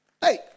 Hey